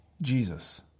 Jesus